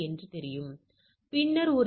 நான் சொன்னது போல் n 1